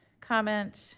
comment